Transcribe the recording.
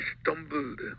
stumbled